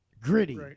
Gritty